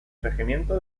regimiento